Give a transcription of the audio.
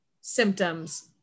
symptoms